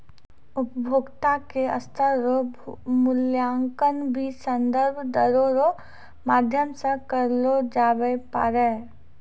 उपभोक्ता के स्तर रो मूल्यांकन भी संदर्भ दरो रो माध्यम से करलो जाबै पारै